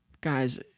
guys